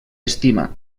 estima